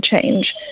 change